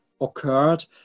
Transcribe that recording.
occurred